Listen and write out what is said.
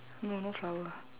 no no flower